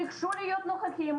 ביקשו להיות נוכחים בוועדה,